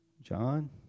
John